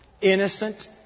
Innocent